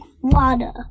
water